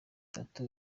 itatu